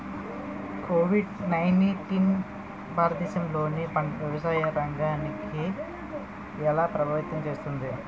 Covid nineteen భారతదేశంలోని వ్యవసాయ రంగాన్ని ఎలా ప్రభావితం చేస్తుంది?